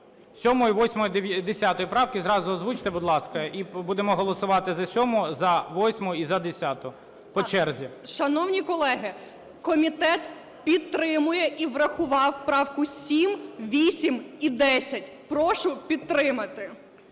7-ї, 8-ї, 10 правки зразу озвучте, будь ласка, і будемо голосувати за 7-у, за 8-у і за 10-у по черзі. 17:01:44 ПІДЛАСА Р.А. Шановні колеги, комітет підтримує і врахував правку 7, 8 і 10. Прошу підтримати.